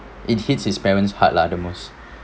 it hits his parents hard lah the most